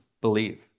Believe